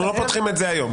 אנחנו לא פותחים את זה היום.